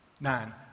Nine